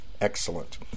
Excellent